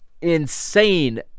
insane